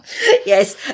Yes